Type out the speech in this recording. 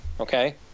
Okay